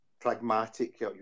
pragmatic